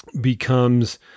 becomes